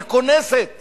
היא קונסת